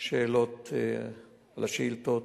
השאילתות.